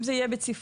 אם זה יהיה בציפוף,